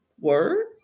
Word